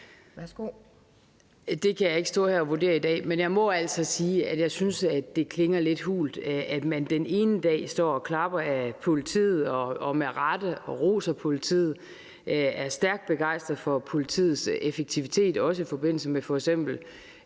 (V): Det kan jeg ikke stå her og vurdere i dag. Men jeg må altså sige, at jeg synes, det klinger lidt hult, at man den ene dag står og klapper af politiet og med rette roser politiet og er stærkt begejstret for politiets effektivitet – også i forbindelse med f.eks.